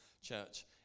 church